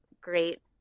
great